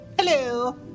Hello